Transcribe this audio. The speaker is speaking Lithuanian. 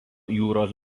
jūros